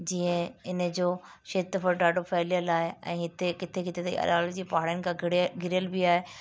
जीअं इन जो खेत्र फल ॾाढो फैलियलु आहे ऐं हिते किथे किथे त अरावली जी पाणियनि खां घणे घिरियल बि आहे